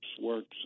works